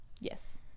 yes